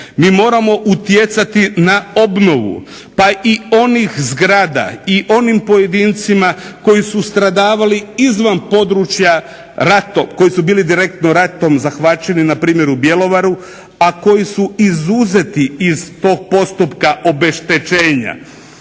Mi moramo utjecati na obnovu pa i onih zgrada i onim pojedincima koji su stradavali izvan područja, koji su bili direktno ratom zahvaćeni na primjer u Bjelovaru, a koji su izuzeti iz tog postupka obeštećenja,